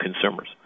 consumers